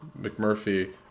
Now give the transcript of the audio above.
McMurphy